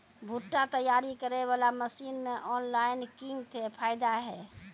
भुट्टा तैयारी करें बाला मसीन मे ऑनलाइन किंग थे फायदा हे?